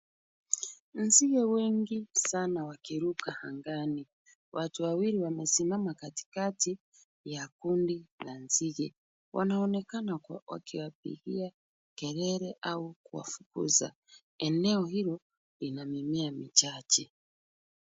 Nzige wengi sana wakiruka angani. Watu wawili wamesimama katikati ya kundi la nzige, wanaonekana wakiwapigia kelele au kuwafukuza. Eneo hilo lina mimea michache.